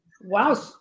Wow